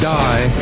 die